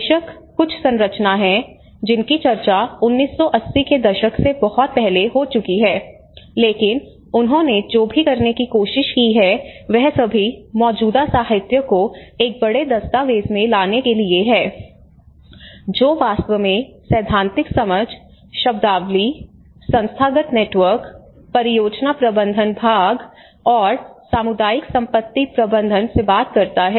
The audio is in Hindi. बेशक कुछ संरचना हैं जिनकी चर्चा 1980 के दशक से बहुत पहले हो चुकी है लेकिन उन्होंने जो भी करने की कोशिश की है वह सभी मौजूदा साहित्य को एक बड़े दस्तावेज़ में लाने के लिए है जो वास्तव में सैद्धांतिक समझ शब्दावली संस्थागत नेटवर्क परियोजना प्रबंधन भाग और सामुदायिक संपत्ति प्रबंधन से बात करता है